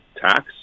tax